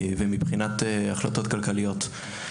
ומבחינת החלטות כלכליות,